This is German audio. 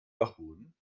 dachboden